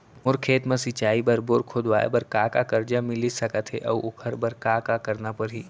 मोर खेत म सिंचाई बर बोर खोदवाये बर का का करजा मिलिस सकत हे अऊ ओखर बर का का करना परही?